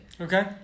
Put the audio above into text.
Okay